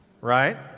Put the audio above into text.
Right